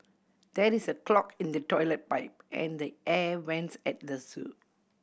there is a clog in the toilet pipe and the air vents at the zoo